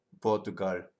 Portugal